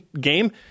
game